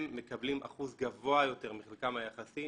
הם מקבלים אחוז גבוה יותר מחלקם היחסי,